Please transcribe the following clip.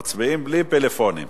מצביעים בלי פלאפונים.